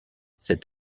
cet